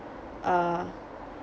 uh